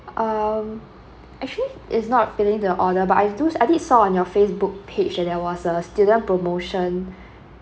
um actually it's not filling the order but I do I did saw on your facebook page and there was a student promotion